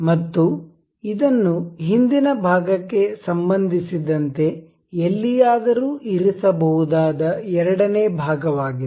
ಮತ್ತು ಇದನ್ನು ಹಿಂದಿನ ಭಾಗಕ್ಕೆ ಸಂಬಂಧಿಸಿದಂತೆ ಎಲ್ಲಿಯಾದರೂ ಇರಿಸಬಹುದಾದ ಎರಡನೇ ಭಾಗವಾಗಿದೆ